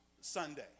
Sunday